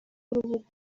urubuga